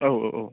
औ औ औ